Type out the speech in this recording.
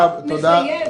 החוק מחייב,